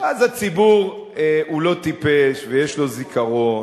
אז הציבור הוא לא טיפש ויש לו זיכרון.